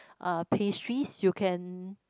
uh pastries you can